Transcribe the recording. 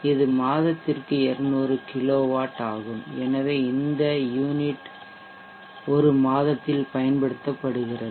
இது மாதத்திற்கு 200 கிலோவாட் ஆகும் எனவே இந்த 200 யூனிட் ஒரு மாதத்தில் பயன்படுத்தப்படுகிறது